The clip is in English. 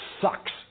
sucks